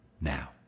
now